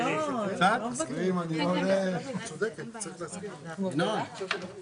פעם זאת ימינה, פעם זאת הציונות הדתית, פעם זה